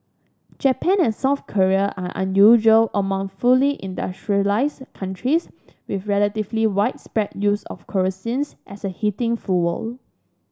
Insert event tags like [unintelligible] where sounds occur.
Japan and South Korea are unusual among fully industrialised countries with relatively widespread use of kerosene [unintelligible] as a heating fuel